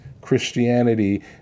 Christianity